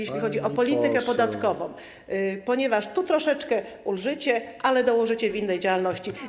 jeśli chodzi o politykę podatkową, ponieważ tu troszeczkę ulżycie, ale dołożycie w przypadku innej działalności.